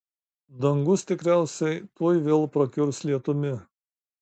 dangus tikriausiai tuoj vėl prakiurs lietumi